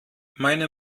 meine